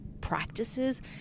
practices